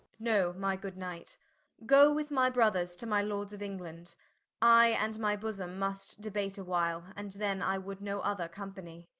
no, my good knight goe with my brothers to my lords of england i and my bosome must debate a while, and then i would no other company